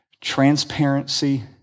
transparency